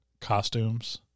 costumes